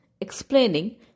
explaining